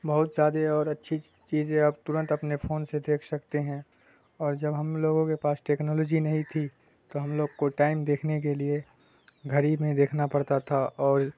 بہت زیادے اور اچھی چیزیں آپ ترنت اپنے فون سے دیکھ سکتے ہیں اور جب ہم لوگوں کے پاس ٹیکنالوجی نہیں تھی تو ہم لوگ کو ٹائم دیکھنے کے لیے گھڑی میں دیکھنا پڑتا تھا اور